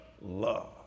love